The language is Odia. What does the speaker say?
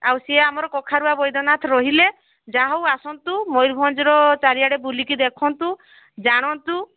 ଆଉ ସିଏ ଆମର କଖାରୁଆ ବୈଦନାଥ ରୋହିଲେ ଯାହା ହେଉ ଆସନ୍ତୁ ମୟୂରଭଞ୍ଜର ଚାରିଆଡ଼େ ବୁଲିକି ଦେଖନ୍ତୁ ଜାଣନ୍ତୁ